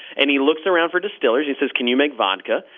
and he looks around for distillers. he says, can you make vodka?